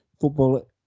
football